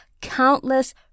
countless